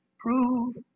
Prove